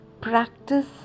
practice